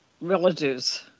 relatives